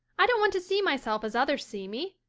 i don't want to see myself as others see me.